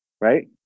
right